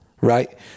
right